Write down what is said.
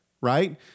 right